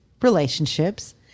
relationships